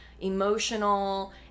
emotional